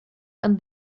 and